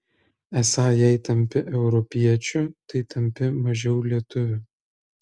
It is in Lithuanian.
esą jei tampi europiečiu tai tampi mažiau lietuviu